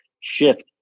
shift